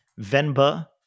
Venba